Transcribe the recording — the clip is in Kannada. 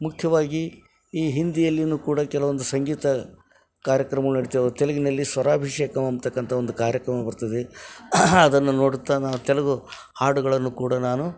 ಮುಖ್ಯವಾಗಿ ಈ ಹಿಂದಿಯಲ್ಲಿಯೂ ಕೂಡ ಕೆಲವೊಂದು ಸಂಗೀತ ಕಾರ್ಯಕ್ರಮ್ಗಳು ನೆಡ್ತಾವು ತೆಲಗಿನಲ್ಲಿ ಸ್ವರಾಭಿಷೇಕ ಅಂತಕ್ಕಂಥ ಒಂದು ಕಾರ್ಯಕ್ರಮ ಬರ್ತದೆ ಅದನ್ನು ನೋಡುತ್ತಾ ನಾನು ತೆಲುಗು ಹಾಡುಗಳನ್ನು ಕೂಡ ನಾನು